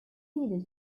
succeeded